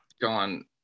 gone